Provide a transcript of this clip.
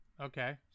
okay